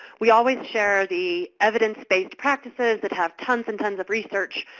we always share the evidence-based practices that have tons and tons of research,